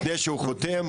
לפני שהוא חותם,